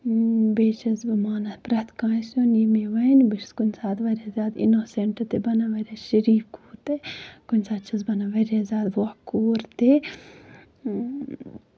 بیٚیہِ چھَس بہٕ مانان پرٮ۪تھ کٲنسہِ ہُند یہِ مےٚ وَنہِ بہٕ چھَس کُنہِ ساتہٕ واریاہ زیادٕ اِنوسیٚنٹ تہِ بَنان واریاہ شٔریٖف کوٗر تہِ کُنہِ ساتہٕ چھَس بَنان واریاہ زیادٕ وۄکھہٕ کوٗر تہِ اۭں